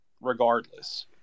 regardless